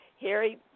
Harry